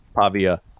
Pavia